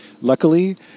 luckily